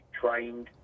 trained